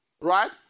Right